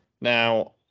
now